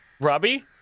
Robbie